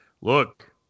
look